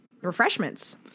refreshments